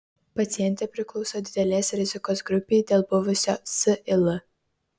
pacientė priklauso didelės rizikos grupei dėl buvusio sil